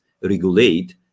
regulate